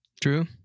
True